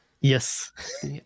yes